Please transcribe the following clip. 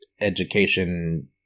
education